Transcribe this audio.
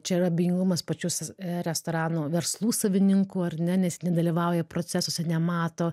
čia ir abejingumas pačius restorano verslų savininkų ar ne nes nedalyvauja procesuose nemato